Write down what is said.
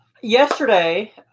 yesterday